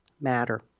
matter